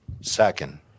second